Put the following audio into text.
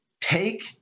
take